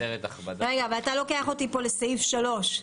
אבל אתה לוקח אותי כאן לסעיף (3).